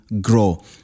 grow